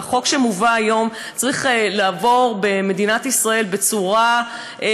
והחוק שמובא היום צריך לעבור במדינת ישראל במהירות,